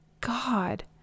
god